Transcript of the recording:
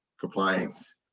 compliance